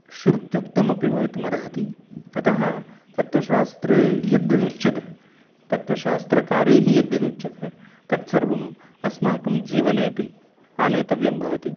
श्रुत्युक्तमपि भवितुमर्हति अतः तत्वशास्त्रे यद्यदुच्यते तत्वशास्त्रकारैः यद्यदुच्यते तत्सर्वम् अस्माकं जीवनेपि आनेतव्यं भवति